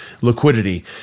liquidity